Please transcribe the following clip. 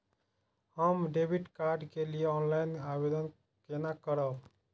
हम debit card के लिए ऑनलाइन आवेदन केना करब?